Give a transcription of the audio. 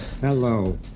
Hello